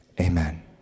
amen